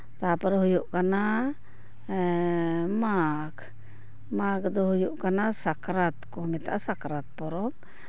ᱛᱟᱨᱯᱚᱨᱮ ᱦᱩᱭᱩᱜ ᱠᱟᱱᱟ ᱮ ᱢᱟᱜᱽ ᱢᱟᱜᱽ ᱫᱚ ᱦᱩᱭᱩᱜ ᱠᱟᱱᱟ ᱥᱟᱠᱨᱟᱛ ᱠᱚ ᱢᱮᱛᱟᱜᱼᱟ ᱥᱟᱠᱨᱟᱛ ᱯᱚᱨᱚᱵᱽ